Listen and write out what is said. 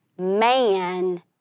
man